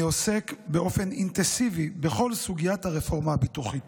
אני עוסק באופן אינטנסיבי בכל סוגיית הרפורמה הביטוחית